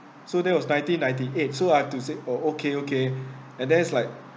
so there was nineteen ninety eight so I have to say orh okay okay and then it's like